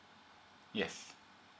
yes